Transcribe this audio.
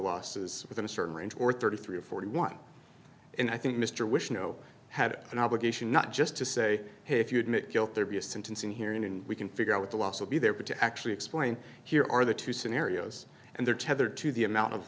losses within a certain range or thirty three dollars or forty one and i think mr wish know had an obligation not just to say hey if you admit guilt there be a sentencing hearing and we can figure out what the loss will be there to actually explain here are the two scenarios and they're tethered to the amount of